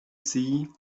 see